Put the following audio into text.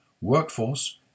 Workforce